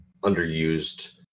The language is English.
underused